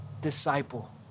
disciple